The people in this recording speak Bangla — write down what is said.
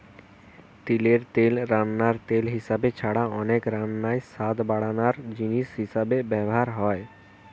তিলের তেল রান্নার তেল হিসাবে ছাড়া অনেক রান্নায় স্বাদ বাড়ানার জিনিস হিসাবে ব্যভার হয়